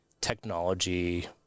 technology